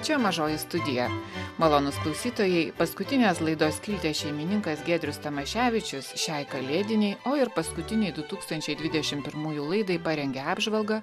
čia mažoji studija malonūs klausytojai paskutinės laidos skilties šeimininkas giedrius tamaševičius šiai kalėdinei o ir paskutinei du tūkstančiai dvidešim pirmųjų laidai parengė apžvalgą